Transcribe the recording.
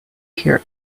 here